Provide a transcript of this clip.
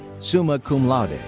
summa cum laude. and